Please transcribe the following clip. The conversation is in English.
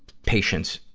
patients,